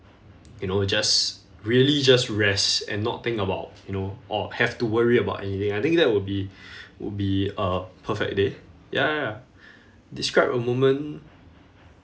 you know just really just rest and not think about you know or have to worry about anything I think that would be would be a perfect day ya ya ya describe a moment